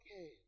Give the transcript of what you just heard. Okay